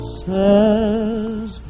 says